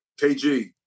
KG